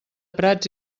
prats